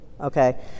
okay